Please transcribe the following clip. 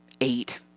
eight